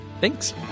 Thanks